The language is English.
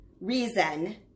reason